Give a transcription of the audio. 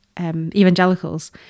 evangelicals